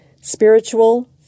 spiritual